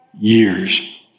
years